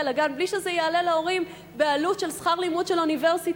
לגן בלי שזה יעלה להורים עלות של שכר לימוד באוניברסיטה.